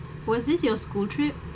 was this your school trip